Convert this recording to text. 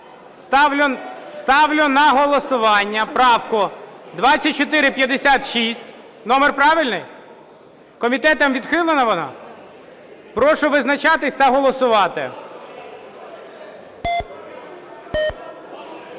Ставлю на голосування правку 2456. Номер правильний? Комітетом відхилена вона? Прошу визначатись та голосувати.